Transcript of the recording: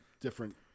different